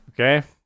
okay